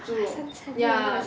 ah 三层肉